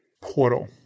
portal